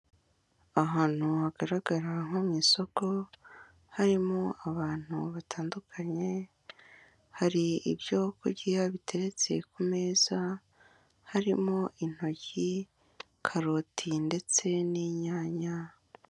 Ahantu hagaragara nko mu isoko, harimo abantu batandukanye hari ibyo kurya biteretse ku meza harimo: intoki, karoti ndetse n'inyanya.